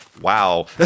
Wow